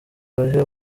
ibahe